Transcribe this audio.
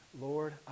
Lord